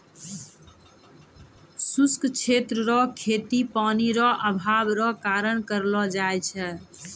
शुष्क क्षेत्र रो खेती पानी रो अभाव रो कारण करलो जाय छै